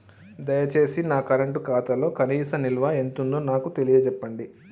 దయచేసి నా కరెంట్ ఖాతాలో కనీస నిల్వ ఎంతుందో నాకు తెలియచెప్పండి